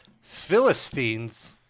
Philistines